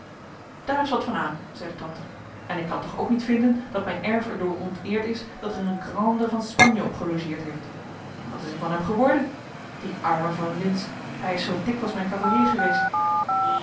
daar is wat van aan zeide tante en ik kan toch ook niet vinden dat mijn erf er door onteerd is dat er een grande van spanje op gelogeerd heeft en wat is er van hem geworden die arme van lintz hij is zoo dikwijls mijn cavalier geweest